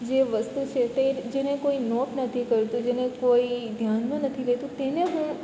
જે વસ્તુ છે તે જેને કોઈ નોટ નથી કરતું જેને કોઈ ધ્યાનમાં નથી લેતું તેને હું